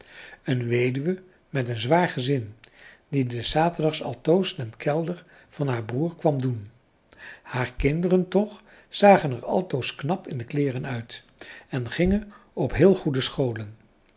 een weduwe met een zwaar gezin die des zaterdags altoos den kelder van haar broêr kwam doen haar kinderen toch zagen er altoos knap in de kleeren uit en gingen op heel goede scholen